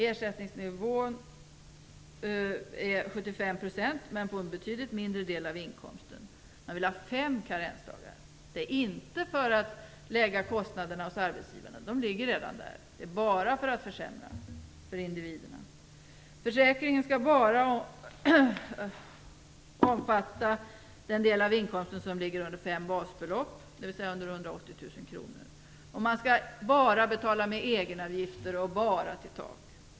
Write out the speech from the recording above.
Ersättningsnivån skall vara 75 %, men den räknas på en betydligt mindre del av inkomsten. Man vill ha fem karensdagar, och det är inte för att lägga kostnaderna på arbetsgivarna - kostnaderna ligger redan där - utan det är bara för att försämra för individerna. Försäkringen skall bara omfatta den del av inkomsten som ligger under fem basbelopp, dvs. under 180 000. Man skall enbart betala med egenavgifter.